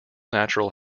natural